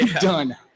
done